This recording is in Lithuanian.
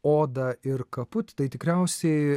odą ir kaput tai tikriausiai